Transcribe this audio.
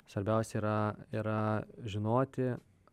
svarbiausia yra yra žinoti